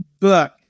book